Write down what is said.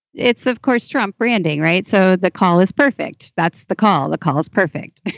it's, of course, trump branding, right. so the call is perfect. that's the call. the call is perfect.